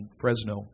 Fresno